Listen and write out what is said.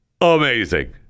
amazing